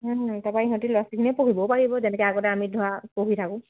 তাৰপৰা ইহঁতি ল'ৰা পঢ়িব পাৰিব যেকে আগতে আমি ধৰা পঢ়ি থাকো